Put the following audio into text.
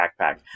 backpack